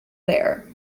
there